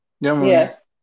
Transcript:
Yes